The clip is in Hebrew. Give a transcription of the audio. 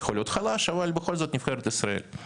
יכול להיות חלש, אבל בכל זאת נבחרת ישראל.